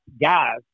guys